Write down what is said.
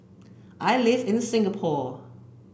I live in Singapore